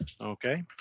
Okay